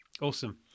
Awesome